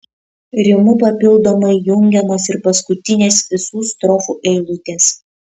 rimu papildomai jungiamos ir paskutinės visų strofų eilutės